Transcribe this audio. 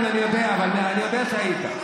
כן, אני יודע, אני יודע שהיית,